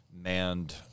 manned